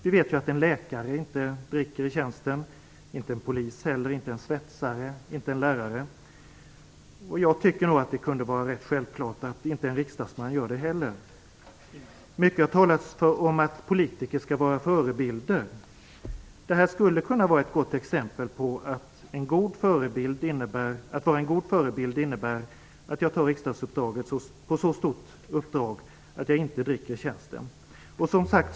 Vi vet att en läkare inte dricker i tjänsten, och inte heller en polis, svetsare eller lärare. Jag tycker att det kunde vara rätt självklart att en riksdagsman inte heller gör det. Det har talats mycket om att politiker skall vara förebilder. Att vara en god förebild innebär att jag tar riksdagsuppdraget på så stort allvar att jag inte dricker i tjänsten.